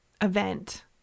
event